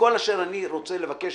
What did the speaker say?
כל אשר אני רוצה לבקש